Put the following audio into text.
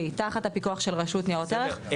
שהיא תחת הפיקוח של רשות ניירות ערך,